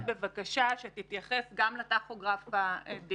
ומצד שני גם על כל כלכלת ישראל.